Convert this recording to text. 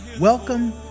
Welcome